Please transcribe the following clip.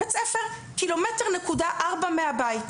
בית ספר שהוא 1.4 ק"מ מהבית.